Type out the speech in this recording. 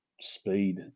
speed